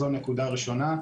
זו נקודה ראשונה.